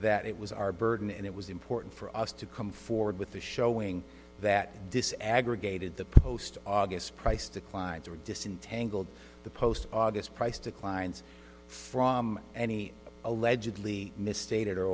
that it was our burden and it was important for us to come forward with the showing that desegregated the post august price declines are disentangled the post august price declines from any allegedly misstated